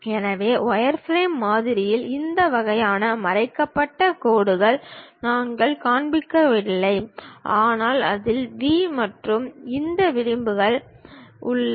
எனவே வயர்ஃப்ரேம் மாதிரியில் இந்த வகையான மறைக்கப்பட்ட கோடுகளை நாங்கள் காண்பிக்கவில்லை ஆனால் அதில் V மற்றும் இந்த விளிம்புகள் உள்ளன